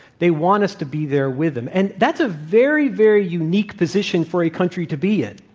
they want us to be there with them. and that's a very, very unique position for a country to be in.